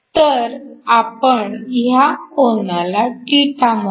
तर आपण ह्या कोनाला θ म्हणू